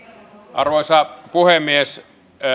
arvoisa puhemies